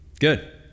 good